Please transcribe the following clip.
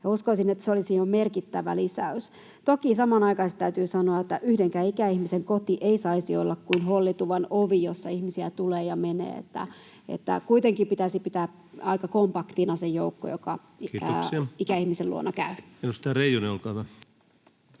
Uskoisin, että se olisi jo merkittävä lisäys. Toki samanaikaisesti täytyy sanoa, että yhdenkään ikäihmisen koti ei saisi olla kuin hollituvan ovi, jossa ihmisiä tulee ja menee — kuitenkin pitäisi pitää aika kompaktina se joukko, joka ikäihmisen luona käy. [Speech